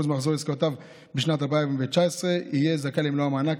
מחזור עסקאותיו בשנת 2019 יהיה זכאי למלוא המענק,